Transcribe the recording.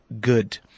good